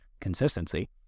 consistency